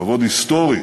כבוד היסטורי,